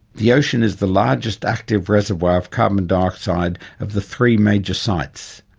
the ocean is the largest active reservoir of carbon dioxide of the three major sites.